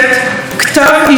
אדוני ראש הממשלה.